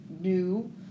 new